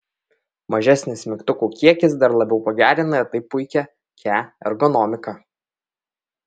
mažesnis mygtukų kiekis dar labiau pagerina ir taip puikią kia ergonomiką